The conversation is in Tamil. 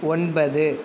ஒன்பது